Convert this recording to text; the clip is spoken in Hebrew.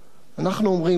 אנחנו אומרים: לא עוד.